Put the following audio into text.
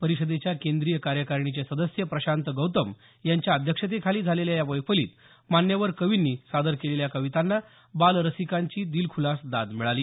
परिषदेच्या केंद्रीय कार्यकारिणीचे सदस्य प्रशांत गौतम यांच्या अध्यक्ष तेखाली झालेल्या या मैफिलीत मान्यवर कवींनी सादर केलेल्या कवितांना बालरसिकांची दिलखूलास दाद मिळाली